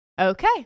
okay